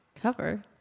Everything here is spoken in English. Cover